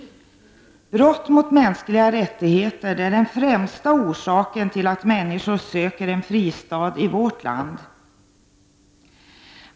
Brott mot mänskliga rättigheter är den främsta orsaken till att människor söker en fristad i vårt land.